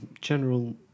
General